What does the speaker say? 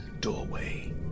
doorway